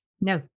No